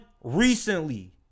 recently